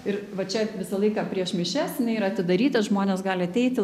ir va čia visą laiką prieš mišias jinai yra atidaryta žmonės gali ateiti